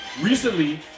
Recently